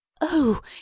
Oh